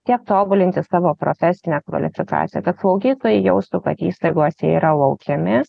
tiek tobulinti savo profesinę kvalifikaciją kad slaugytojai jaustų kad įstaigose yra laukiami